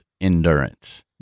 endurance